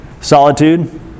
Solitude